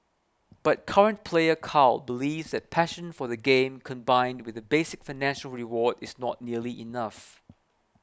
but current player Carl believes that passion for the game combined with a basic financial reward is not nearly enough